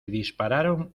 dispararon